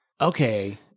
Okay